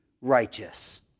righteous